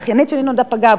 האחיינית שלי נולדה פגה,